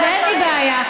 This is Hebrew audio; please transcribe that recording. אז אין לי בעיה.